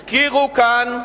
הזכירו כאן,